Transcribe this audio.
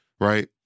Right